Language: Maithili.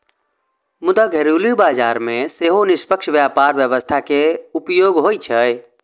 मुदा घरेलू बाजार मे सेहो निष्पक्ष व्यापार व्यवस्था के उपयोग होइ छै